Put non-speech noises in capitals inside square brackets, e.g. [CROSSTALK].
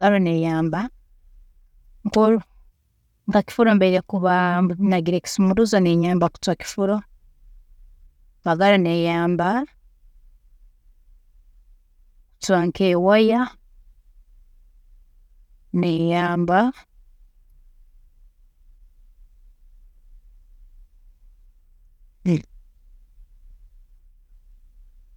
﻿Magaro neyamba, nko- nka kofuro mbeire kuba nagire nke kisumuuruzo nenyamba kucwa kofuro, magaro neyamba kucwa nk'ewaya, neyamba. [NOISE]